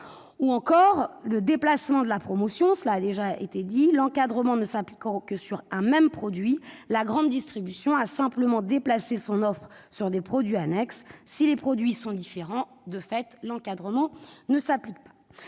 également du déplacement de la promotion : l'encadrement ne s'appliquant que sur un même produit, la grande distribution a simplement déplacé son offre sur des produits annexes. Si les produits sont différents, de fait, l'encadrement ne s'applique pas.